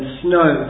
snow